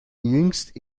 jüngst